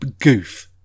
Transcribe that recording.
goof